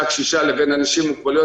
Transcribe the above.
הקשישה לבין אנשים עם מוגבלויות,